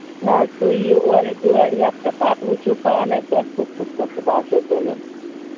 نہ حظ تُہۍ یِیو اورَے گٲڑۍ ہیٚتھ تہٕ پَتہٕ وُچھِو پانَے تۄہہِ کُس کُس کُس بانہٕ چھُ تُلُن